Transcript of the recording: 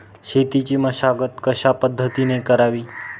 शेतीची मशागत कशापद्धतीने करावी?